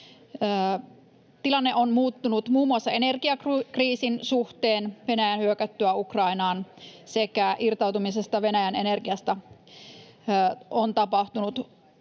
Tilanne on muuttunut muun muassa energiakriisin suhteen Venäjän hyökättyä Ukrainaan sekä siksi, että on irtauduttu Venäjän energiasta. On tapahtunut